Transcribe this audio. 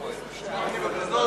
בעד,